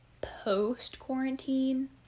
post-quarantine